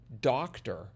doctor